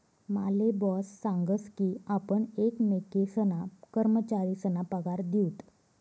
माले बॉस सांगस की आपण एकमेकेसना कर्मचारीसना पगार दिऊत